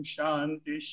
Shanti